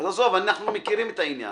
אז עזוב, אנחנו מכירים את העניין.